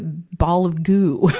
ball of goo,